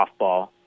softball